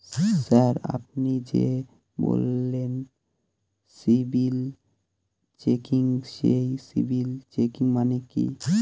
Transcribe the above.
Sir আপনি যে বললেন সিবিল চেকিং সেই সিবিল চেকিং মানে কি?